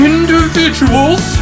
...Individuals